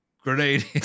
Grenade